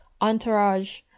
Entourage